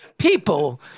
People